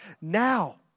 now